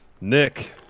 Nick